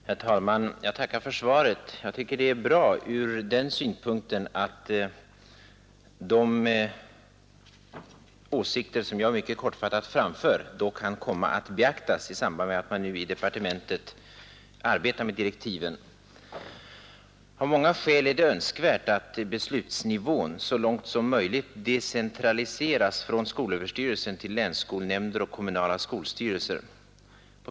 Herr talman! Jag tackar för svaret. Jag tycker att det var bra ur den synpunkten att de åsikter som jag mycket kortfattat framför då kan komma att beaktas i samband med att man i departementet arbetar med direktiven. Det är av många skäl önskvärt att beslutsnivån så långt som möjligt decentraliseras från skolöverstyrelsen till länsskolnämnder och kommunala skolstyrelser.